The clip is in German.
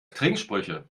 trinksprüche